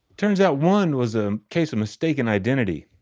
turns out one was a case of mistaken identity.